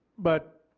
but